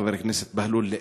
חבר הכנסת בהלול,